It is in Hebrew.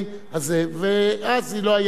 ואז לא היתה המלה.